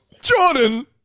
Jordan